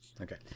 Okay